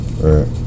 Right